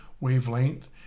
wavelength